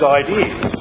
ideas